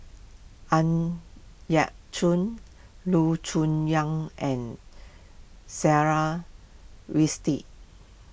Ang Yau Choon Loo Choon Yong and Sarah Winstedt